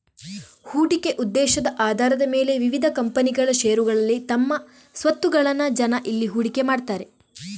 ಹೂಡಿಕೆ ಉದ್ದೇಶದ ಆಧಾರದ ಮೇಲೆ ವಿವಿಧ ಕಂಪನಿಗಳ ಷೇರುಗಳಲ್ಲಿ ತಮ್ಮ ಸ್ವತ್ತುಗಳನ್ನ ಜನ ಇಲ್ಲಿ ಹೂಡಿಕೆ ಮಾಡ್ತಾರೆ